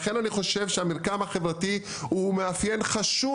ולכן אני חושב שהמרקם החברתי הוא מאפיין חשוב